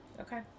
okay